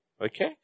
Okay